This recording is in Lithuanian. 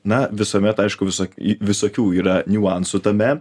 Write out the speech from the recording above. na visuomet aišku visok i visokių yra niuansų tame